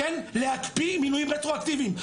להקפיא מינויים רטרואקטיביים.